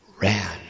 ran